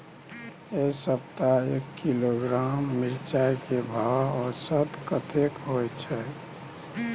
ऐ सप्ताह एक किलोग्राम मिर्चाय के भाव औसत कतेक होय छै?